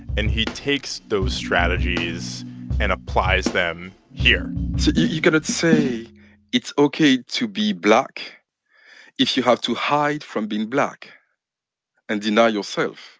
and he takes those strategies and applies them here so you cannot say it's ok to be black if you have to hide from being black and deny yourself